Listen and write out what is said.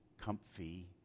comfy